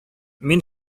мин